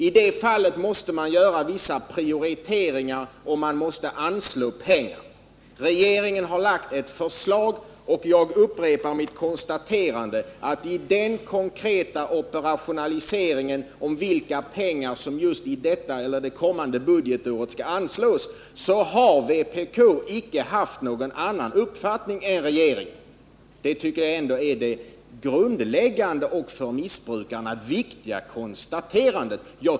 I det sammanhanget måste man göra vissa prioriteringar, och medel måste anslås. Regeringen har lagt fram ett förslag, och jag konstaterar att vpk i vad gäller det konkreta förslaget till vilka medel som skall anslås under det kommande budgetåret icke haft någon annan uppfattning än regeringen. Det tycker jag ändå är det grundläggande och för missbrukarna viktiga konstaterandet.